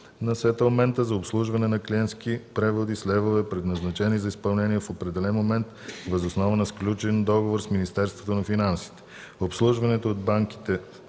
на сетълмента за обслужване на клиентски преводи с левове, предназначени за изпълнение в определен момент, въз основа на сключен договор с Министерството на финансите. (9) Обслужването от банките